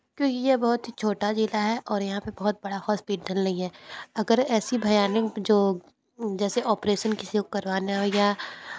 तो यह बहुत ही छोटा ज़िला है और यहाँ पर बहुत बड़ा हॉस्पिटल नहीं है अगर ऐसी भयानक जो जैसे ऑपरेसन किसी को करवाना हो या